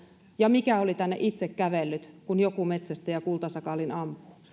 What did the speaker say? ja mikä oli tänne itse kävellyt kun joku metsästäjä kultasakaalin